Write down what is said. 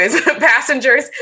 passengers